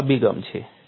આ એક અભિગમ છે